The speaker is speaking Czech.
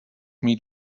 mít